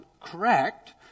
correct